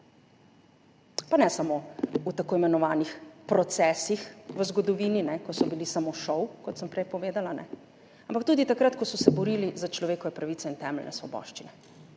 Pa ne samo v tako imenovanih procesih v zgodovini, ko so bili samo šov, kot sem prej povedala, ampak tudi takrat, ko so se borili za človekove pravice in temeljne svoboščine.